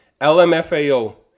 Lmfao